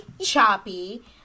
choppy